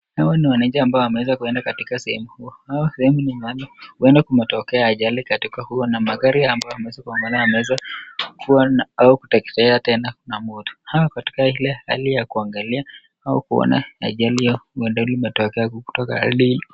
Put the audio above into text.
Hawa ni wananchi ambao wameweza kuenda katika sehemu hii au sehemu ambayo huenda kumetokea ajali katika sehemu hio na magari ambayo yamegongana yameweza kuwa au kuteketea tena na moto. Wako katika ile hali ya kuangalia au kuona ajali hio ambayo imetokea kutoka ardhini.